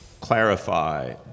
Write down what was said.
clarify